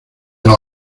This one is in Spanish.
los